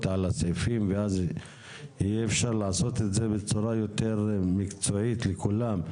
על הסעיפים ואז אפשר יהיה לעשות את זה בצורה יותר מקצועית לכולם.